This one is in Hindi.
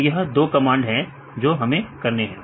तो यह दो कमांड हैं जो हमें करने हैं